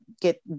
get